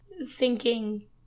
sinking